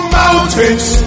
mountains